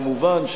כמובן,